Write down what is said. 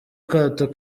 kato